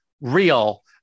real